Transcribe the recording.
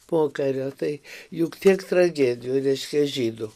pokario tai juk tiek tragedijų reiškia žydų